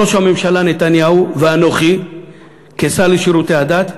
ראש הממשלה נתניהו ואנוכי כשר לשירותי הדת,